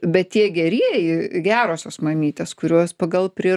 bet tie gerieji gerosios mamytės kurios pagal prier